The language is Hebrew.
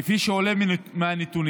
כפי שעולה מהנתונים,